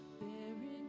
bearing